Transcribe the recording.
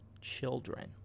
children